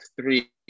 three